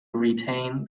retain